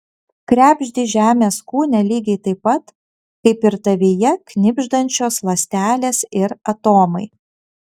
krebždi žemės kūne lygiai taip pat kaip ir tavyje knibždančios ląstelės ir atomai